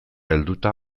helduta